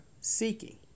seeking